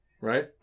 Right